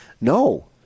No